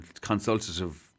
consultative